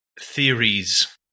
theories